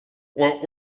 what